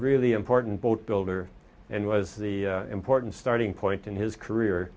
really important boat builder and was the important starting point in his career